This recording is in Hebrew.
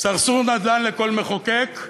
סרסור נדל"ן לכל מחוקק,